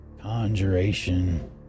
Conjuration